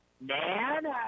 Nana